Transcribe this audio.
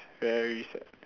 very sad